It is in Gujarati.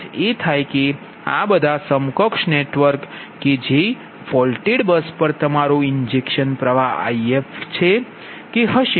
અર્થ એ થાય કે આ બધા સમકક્ષ નેટવર્ક કે જે ફોલ્ટેડ બસ પર તમારો ઈન્જેક્શન પ્ર્વાહ If છે કે હશે